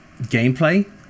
gameplay